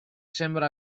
sembra